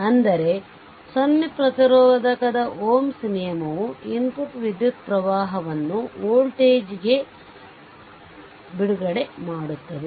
ಅಂದರೆ 0 ಪ್ರತಿರೋಧಕದ Ω's ನಿಯಮವು ಇನ್ಪುಟ್ ವಿದ್ಯುತ್ ಪ್ರವಾಹವನ್ನು ವೋಲ್ಟೇಜ್ v ಗೆ ಬಿಡುಗಡೆ ಮಾಡುತ್ತದೆ